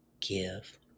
give